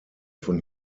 von